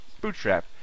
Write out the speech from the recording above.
Bootstrap